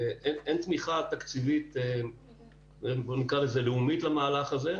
ואין תמיכה תקציבית לאומית למהלך הזה,